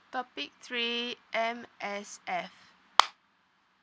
topic three M_S_F